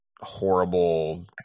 horrible